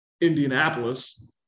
indianapolis